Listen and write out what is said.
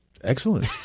excellent